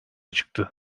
çıktı